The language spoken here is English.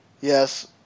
Yes